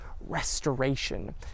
restoration